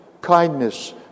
kindness